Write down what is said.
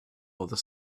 other